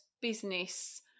business